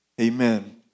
Amen